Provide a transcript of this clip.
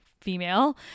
female